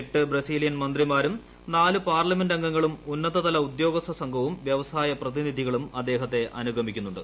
ഏട്ട് Brazilian മന്ത്രിമാരും നാല് parliament അംഗങ്ങളും ഉന്നതതല ഉക്പ്പോർഗ്ഗ്ഥ സംഘവും വ്യവസായ പ്രതിനിധികളും അദ്ദേഹത്തെ ആറ്റുഗ്മിക്കുന്നുണ്ട്